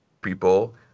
people